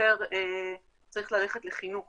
זה יותר צריך ללכת לחינוך